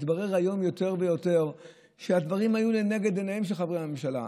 מתברר היום יותר ויותר שהדברים היו לנגד עיניהם של חברי הממשלה.